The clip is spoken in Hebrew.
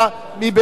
מי בעד?